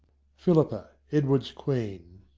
philippa, edward's queen.